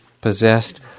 possessed